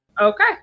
Okay